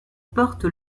porte